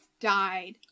died